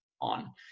on